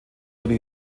wurde